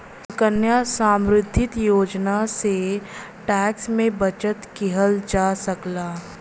सुकन्या समृद्धि योजना से टैक्स में बचत किहल जा सकला